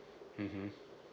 mmhmm